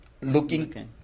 looking